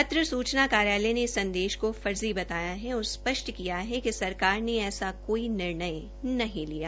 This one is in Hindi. पत्र सूचना कार्यालय ने इस संदेश को फर्जी बताया ह और स्पष्ट किया ह कि सरकार ने ऐसा कोई निर्णय नहीं लिया